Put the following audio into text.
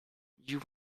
you